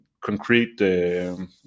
concrete